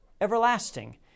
everlasting